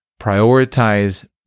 Prioritize